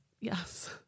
Yes